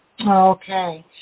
Okay